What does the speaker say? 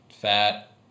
fat